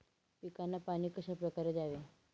पिकांना पाणी कशाप्रकारे द्यावे?